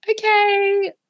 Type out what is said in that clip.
okay